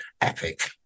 epic